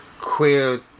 queer